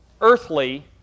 earthly